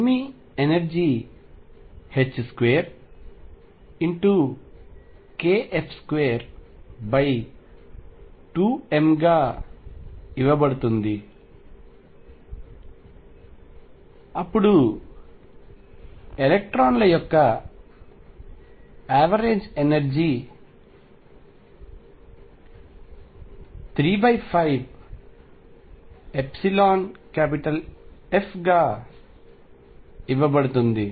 Fermi energy 2kF22m గా ఇవ్వబడుతుంది అప్పుడు ఎలక్ట్రాన్ల యావరేజ్ ఎనర్జీ 35F గా ఇవ్వబడుతుంది